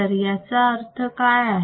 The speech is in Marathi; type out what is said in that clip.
तर याचा अर्थ काय आहे